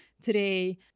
today